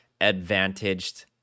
advantaged